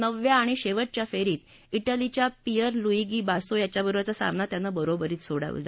नवव्या आणि शेवटच्या फेरीत तिलीच्या पिअर लुईगी बासो याच्याबरोरचा सामना त्यानं बरोबरीत सोडवला